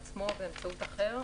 בעצמו או באמצעות אחר,